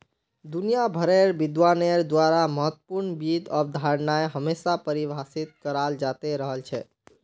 दुनिया भरेर विद्वानेर द्वारा महत्वपूर्ण वित्त अवधारणाएं हमेशा परिभाषित कराल जाते रहल छे